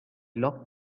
locked